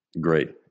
Great